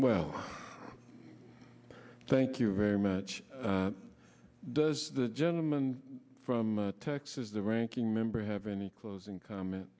well thank you very much does the gentleman from texas the ranking member have any closing comment